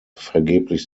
vergeblich